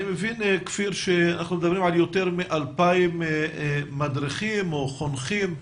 אני מבין שאנחנו מדברים על יותר מ-2,000 מדריכים או חונכים.